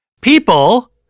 People